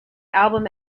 album